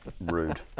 Rude